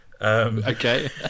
Okay